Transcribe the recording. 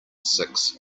six